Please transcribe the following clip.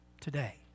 today